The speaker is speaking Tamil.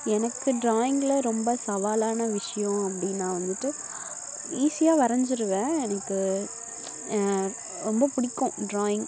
எனக்கு ட்ராயிங்கில் ரொம்ப சவாலான விஷயம் அப்படின்னா வந்துட்டு ஈஸியாக வரைஞ்சிருவேன் எனக்கு ரொம்ப பிடிக்கும் ட்ராயிங்